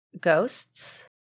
ghosts